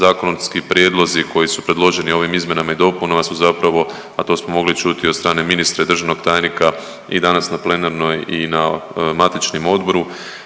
zakonski prijedlozi koji su predloženi ovim izmjenama i dopunama su zapravo, a to smo mogli i čuti od strane ministra i državnog tajnika i danas na plenarnoj i na matičnom odboru,